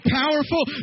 powerful